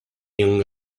young